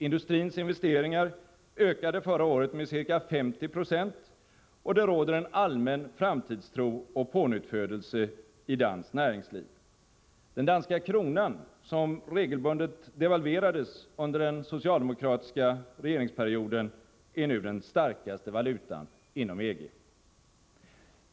Industrins investeringar ökade förra året med ca 50 96, och det råder en allmän framtidstro och pånyttfödelse i danskt näringsliv. Den danska kronan, som regelbundet devalverades under den socialdemokratiska regeringsperioden, är nu den starkaste valutan inom EG.